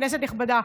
כנסת נכבדה,